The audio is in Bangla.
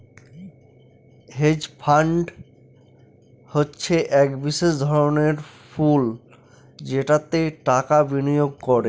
হেজ ফান্ড হচ্ছে এক বিশেষ ধরনের পুল যেটাতে টাকা বিনিয়োগ করে